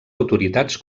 autoritats